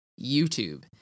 YouTube